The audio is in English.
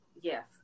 yes